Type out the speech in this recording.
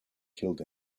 killed